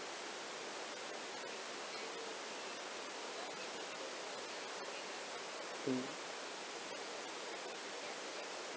mm